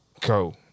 go